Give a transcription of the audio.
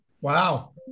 Wow